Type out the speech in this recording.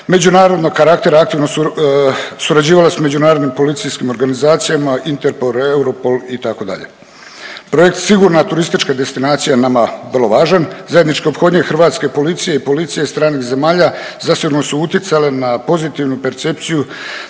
međunarodnog karaktera aktivno surađivala s međunarodnim policijskim organizacijama, interpor, Europol, itd. Projekt Sigurna turistička destinacija, nama vrlo važan, zajedničke ophodne hrvatske policije i policije stranih zemalja zasigurno su utjecale na pozitivnu percepciju